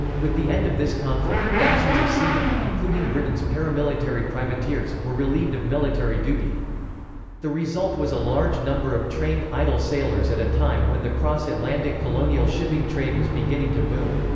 with the end of this conflict, thousands of seamen, including britain's paramilitary privateers, were relieved of military duty the result was a large number of trained, idle sailors at a time when the cross-atlantic colonial shipping trade was beginning to boom.